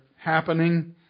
happening